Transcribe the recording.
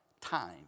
time